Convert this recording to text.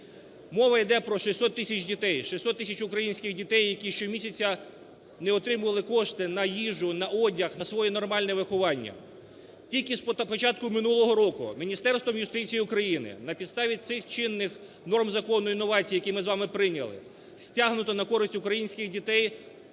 Мова іде про 600 тисяч дітей, 600 тисяч українських дітей, які щомісяця не отримували кошти на їжу, на одяг, на своє нормальне виховання. Тільки спочатку минулого року Міністерством юстиції України на підставі цих чинних норм закону і новацій, які ми з вами прийняли, стягнуто на користь українських дітей